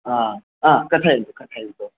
हा आ कथयन्तु कथयन्तु